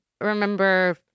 remember